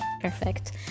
Perfect